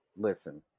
listen